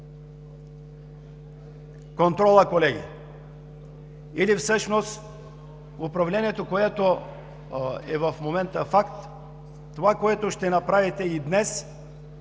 Контролът, колеги, или всъщност управлението, което в момента е факт – това, което ще направите и днес,